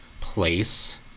place